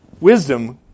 Wisdom